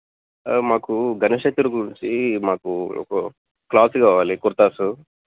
మాకు గణేష్ చతుర్థి గురించి మాకు ఒక క్లాత్ కావాలి కుర్తాస్